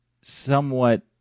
somewhat